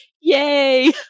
yay